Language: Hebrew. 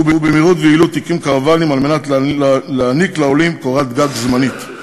והוא במהירות וביעילות הקים קרוונים כדי להעניק לעולים קורת גג זמנית,